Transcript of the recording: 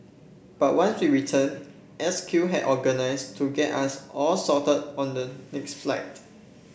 but once we returned S Q had organised to get us all sorted on the next flight